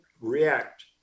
react